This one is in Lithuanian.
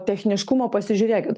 techniškumo pasižiūrėkit